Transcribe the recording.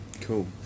Cool